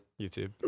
YouTube